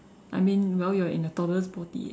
I mean well you are in a toddler's body eh